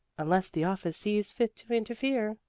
unless the office sees fit to interfere.